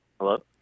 Hello